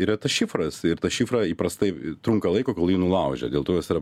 yra tas šifras ir tą šifrą įprastai trunka laiko kol jį nulaužia dėl to jos yra